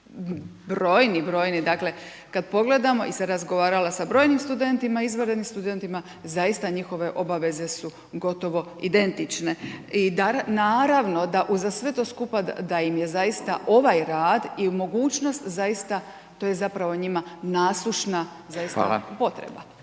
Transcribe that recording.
brojni, brojni dakle kada pogledamo jer sam razgovarala sa brojnim studentima, izvanrednim studentima zaista njihove obaveze su gotovo identične. I naravno da uza sve to skupa da im je zaista ovaj rad i mogućnost zaista to je zapravo njima nasušna zaista